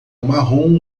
marrom